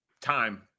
time